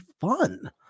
fun